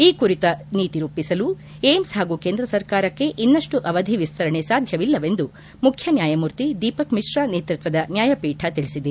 ಈ ಕುರಿತ ನೀತಿ ರೂಪಿಸಲು ಏಮ್ಸ್ ಹಾಗೂ ಕೇಂದ್ರ ಸರ್ಕಾರಕ್ಷೆ ಇನ್ನಷ್ಟು ಅವಧಿ ವಿಸ್ತರಣೆ ಸಾಧ್ಯವಿಲ್ಲವೆಂದು ಮುಖ್ಯ ನ್ಯಾಯಮೂರ್ತಿ ದೀಪಕ್ ಮಿಶ್ರಾ ನೇತೃತ್ವದ ನ್ಯಾಯಪೀಠ ತಿಳಿಸಿದೆ